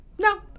No